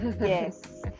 yes